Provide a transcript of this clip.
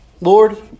Lord